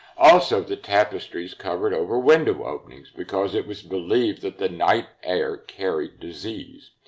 also, the tapestries covered over window openings because it was believed that the night air carried disease.